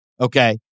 Okay